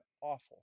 awful